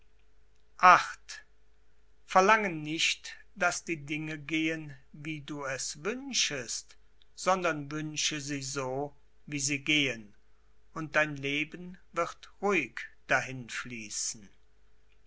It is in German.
viii verlange nicht daß die dinge gehen wie du es wünschest sondern wünsche sie so wie sie gehen und dein leben wird ruhig dahin fließen